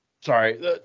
Sorry